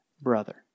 brother